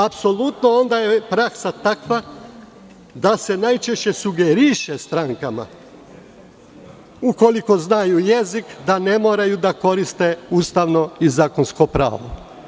Apsolutno je onda praksa takva da se najčešće sugeriše strankama, ukoliko znaju jezik da ne moraju da koriste ustavno i zakonsko pravo.